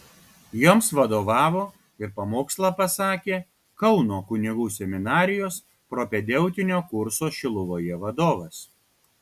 joms vadovavo ir pamokslą pasakė kauno kunigų seminarijos propedeutinio kurso šiluvoje vadovas